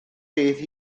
beth